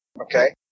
Okay